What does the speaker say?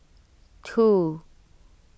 two